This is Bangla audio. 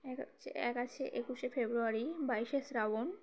এক আছে এক আছে একুশে ফেব্রুয়ারি বাইশে শ্রাবণ